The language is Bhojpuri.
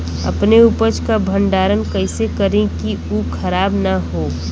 अपने उपज क भंडारन कइसे करीं कि उ खराब न हो?